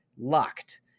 locked